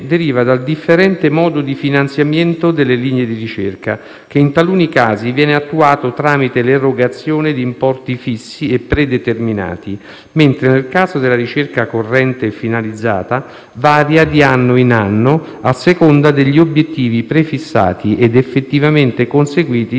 che in taluni casi viene attuato tramite l'erogazione di importi fissi e predeterminati, mentre, nel caso della ricerca corrente e finalizzata, varia di anno in anno, a seconda degli obiettivi prefissati ed effettivamente conseguiti dalle differenti realtà degli istituti di ricovero e cura a carattere scientifico